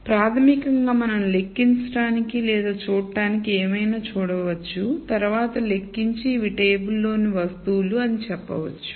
కాబట్టి ప్రాథమికంగా మనం లెక్కించటానికి లేదా చూడటానికి ఏమైనా చూడవచ్చు తరువాత లెక్కించి ఇవి టేబుల్ లోని వస్తువులు అని చెప్పవచ్చు